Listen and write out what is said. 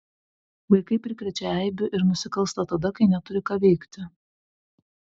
vaikai prikrečia eibių ir nusikalsta tada kai neturi ką veikti